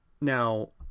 Now